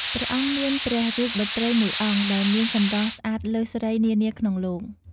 ព្រះអង្គមានព្រះរាជបុត្រីមួយអង្គ ដែលមានសម្រស់ស្អាតលើសស្រីនានាក្នុងលោក។